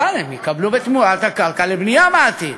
כמובן, הם יקבלו בתמורה את הקרקע לבנייה בעתיד.